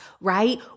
right